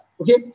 okay